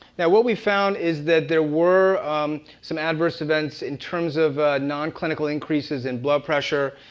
now what we found, is that there were some adverse events in terms of non-clinical increases in blood pressure.